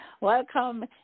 welcome